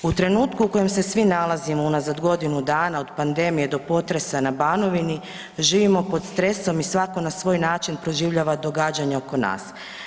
U trenutku u kojem se svi nalazimo unazad godinu dana od pandemije do potresa na Banovini živimo pod stresom i svatko na svoj način proživljava događanje oko nas.